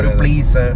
please